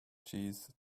cheese